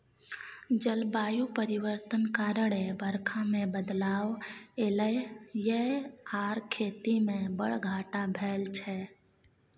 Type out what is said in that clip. जलबायु परिवर्तन कारणेँ बरखा मे बदलाव एलय यै आर खेती मे बड़ घाटा भेल छै